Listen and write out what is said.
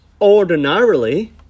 ordinarily